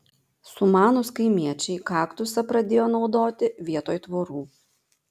sumanūs kaimiečiai kaktusą pradėjo naudoti vietoj tvorų